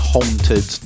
Haunted